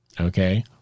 okay